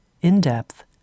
in-depth